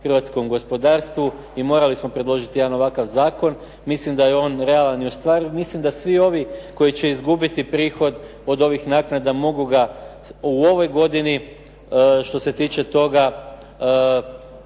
hrvatskom gospodarstvu i morali smo predložiti jedan ovakav zakon. Mislim da je on realan i ostvariv, mislim da svi ovi koji će izgubiti prihod od ovih naknada mogu ga u ovoj godini što se tiče toga,